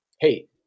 hey